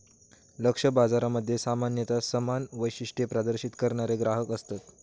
लक्ष्य बाजारामध्ये सामान्यता समान वैशिष्ट्ये प्रदर्शित करणारे ग्राहक असतत